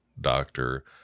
doctor